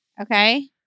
okay